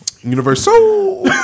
Universal